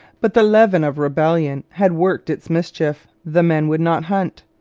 but the leaven of rebellion had worked its mischief. the men would not hunt.